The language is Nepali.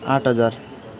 आठ हजार